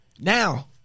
Now